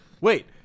Wait